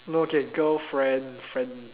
no okay girl friend friend